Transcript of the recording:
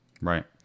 Right